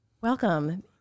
welcome